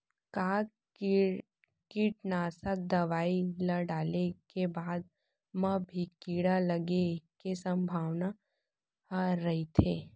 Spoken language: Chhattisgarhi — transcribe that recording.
का कीटनाशक दवई ल डाले के बाद म भी कीड़ा लगे के संभावना ह रइथे?